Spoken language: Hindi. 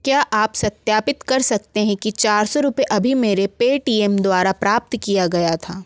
क्या आप सत्यापित कर सकते हैं कि चार सौ रूपए अभी मेरे पेटीएम द्वारा प्राप्त किया गया था